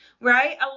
right